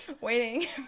waiting